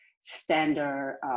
standard